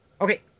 Okay